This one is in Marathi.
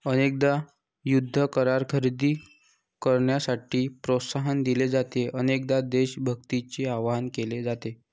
अनेकदा युद्ध करार खरेदी करण्यासाठी प्रोत्साहन दिले जाते, अनेकदा देशभक्तीचे आवाहन केले जाते